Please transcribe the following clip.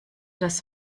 das